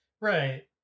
right